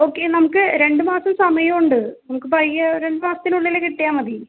okay നമുക്ക് രണ്ട് മാസം സമയമുണ്ട് നമുക്ക് പയ്യെ രണ്ട് മാസത്തിനുള്ളിൽ കിട്ടിയാൽ മതി